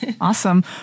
Awesome